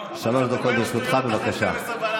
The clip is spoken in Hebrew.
שלוש דקות לרשותך, בבקשה.